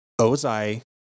Ozai